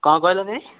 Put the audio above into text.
କ'ଣ କହିଲ ଭାଇ